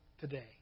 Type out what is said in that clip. today